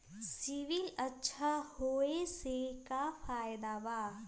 CIBIL अच्छा होऐ से का फायदा बा?